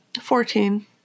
Fourteen